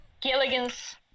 Gilligan's